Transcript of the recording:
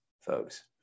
folks